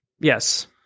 Yes